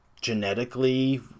genetically